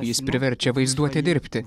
jis priverčia vaizduotę dirbti